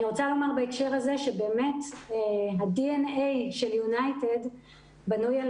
אני רוצה לומר בהקשר הזה שהדי-אן-איי של יונייטד בנוי על